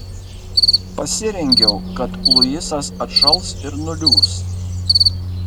pasirengiau kad luisas atšals ir nuliūs